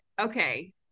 okay